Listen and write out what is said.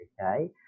okay